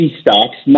stocks